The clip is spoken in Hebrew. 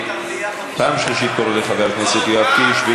פעם שלישית אני קורא לחבר הכנסת יואב קיש,